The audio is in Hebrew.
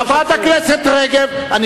חברת הכנסת רגב, יש פה סדר.